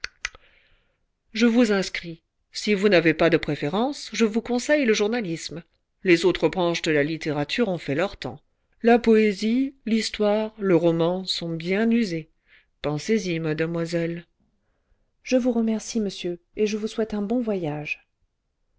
je vous inscris si vous n'avez pas de préférence je vous conseille le journalisme les autres branches de la littérature ont fait leur temps la poésie l'histoire le roman sont bien usés pensez-y mademoiselle je vous remercie monsieur et je vous souhaite un bon voyage